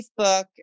facebook